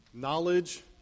Knowledge